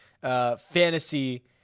Fantasy